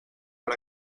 per